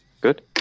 Good